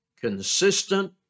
consistent